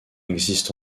existent